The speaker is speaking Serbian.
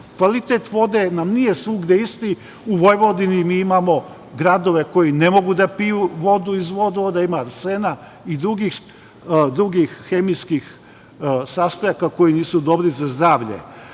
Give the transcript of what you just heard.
Kvalitet vode nam nije svugde isti. U Vojvodini mi imamo gradove koji ne mogu da piju vodu iz vodovoda, ima arsena i drugih hemijskih sastojaka koji nisu dobri za zdravlje.